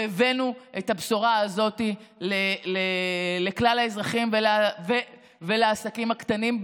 והבאנו את הבשורה הזאת לכלל האזרחים ובעיקר לעסקים הקטנים.